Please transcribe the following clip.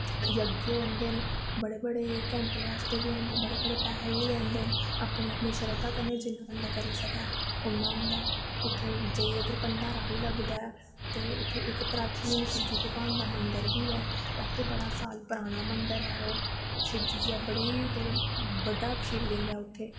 जग होंदे न बड़े बड़े घैंटे आस्तै बी होंदे न बड़े बड़े पैहे बी लैंदे न अपनी अपनी शरधा कन्नै जिन्ना बंदा करी सकै उन्ना होंदा उत्थें जाइयै उद्धर भंडारा बी लगदा ऐ ते उत्थें इक प्रचीन शिवजी भगवान दा मन्दर बी ऐ आखदे बड़ा साल पराना मन्दर ऐ ओह् शिवजी जेहा बड्डा शिवलिंग ऐ उत्थें